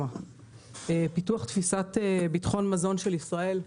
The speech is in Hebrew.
פיתוח תפיסת ביטחון המזון של ישראל: